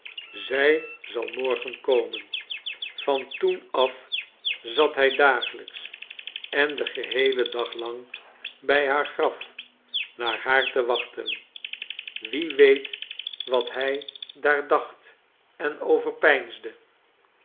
zij zal morgen komen van toen af zat hij dagelijks en den geheelen dag lang bij haar graf naar haar te wachten wie weet wat hij daar dacht en overpeinsde